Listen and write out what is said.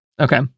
Okay